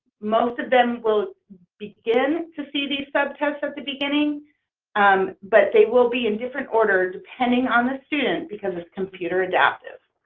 most of them will begin to see these subtests at the beginning but they will be in different order depending on the students because it's computer adaptive.